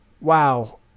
wow